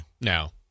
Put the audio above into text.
Now